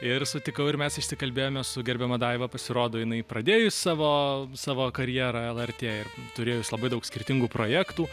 ir sutikau ir mes išsikalbėjome su gerbiama daiva pasirodo jinai pradėjus savo savo karjera lrt ir turėjus labai daug skirtingų projektų